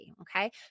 okay